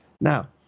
Now